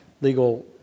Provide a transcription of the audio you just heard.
legal